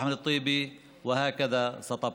אני מודה לכם.